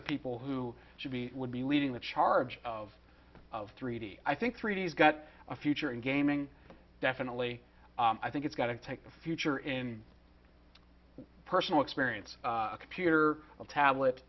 the people who should be would be leading the charge of of three d i think three d s got a future in gaming definitely i think it's got to take the future in personal experience a computer of tablet